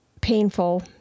painful